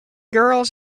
girls